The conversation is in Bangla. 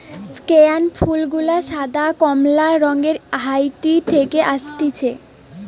স্কেয়ান ফুল গুলা সাদা, কমলা রঙের হাইতি থেকে অসতিছে